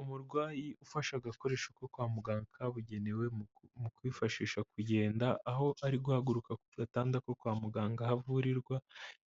Umurwayi ufashe agakoresho ko kwa muganga kabugenewe mu kwifashisha kugenda aho ari guhaguruka ku gatanda ko kwa muganga aho avurirwa,